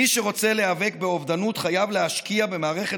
מי שרוצה להיאבק באובדנות חייב להשקיע במערכת